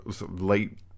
late